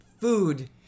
food